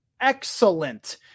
Excellent